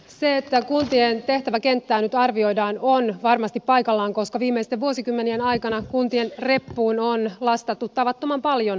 se että kuntien tehtäväkenttää nyt arvioidaan on varmasti paikallaan koska viimeisten vuosikymmenien aikana kuntien reppuun on lastattu tavattoman paljon tehtävää